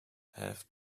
have